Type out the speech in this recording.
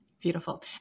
Beautiful